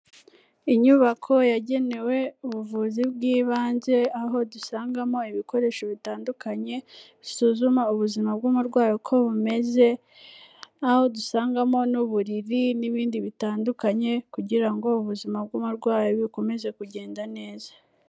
Inyubako yagenewe ubuvuzi bw'ibanze aho dusangamo ibikoresho bitandukanye, bisuzuma ubuzima bw'umurwayi uko bumeze, aho dusangamo n'uburiri n'ibindi bitandukanye kugira ngo ubuzima bw'umurwayi bukomeze kugenda neza.